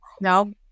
No